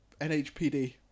NHPD